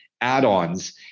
add-ons